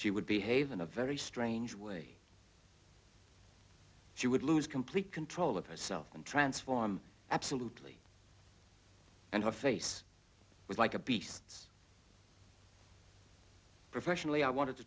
she would behave in a very strange way she would lose complete control of herself and transform absolutely and her face was like a beast's professionally i wanted to